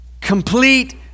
complete